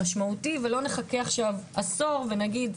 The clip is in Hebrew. משמעותי ולא נחכה עכשיו עשור ונגיד,